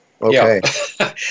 Okay